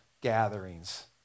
gatherings